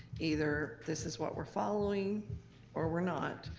either this is what we're following or we're not.